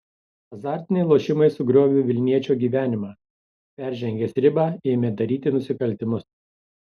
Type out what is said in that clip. azartiniai lošimai sugriovė vilniečio gyvenimą peržengęs ribą ėmė daryti nusikaltimus